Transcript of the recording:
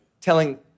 telling